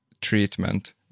treatment